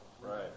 Right